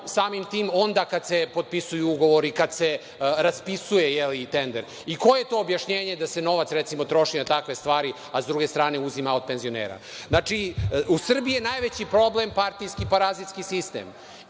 samim tim onda kada se potpisuju ugovori, kada se raspisuje tender. Koje je to objašnjenje da se novac recimo troši na takve stvari a sa druge strane uzima od penzionera? Znači, u Srbiji je najveći problem partijski parazitski sistem